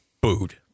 booed